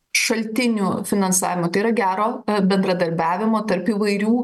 šaltinių finansavimo tai yra gero bendradarbiavimo tarp įvairių